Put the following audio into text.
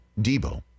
Debo